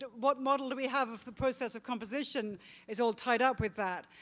what model do we have the process of composition is all tied up with that.